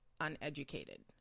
uneducated